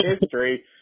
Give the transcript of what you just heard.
history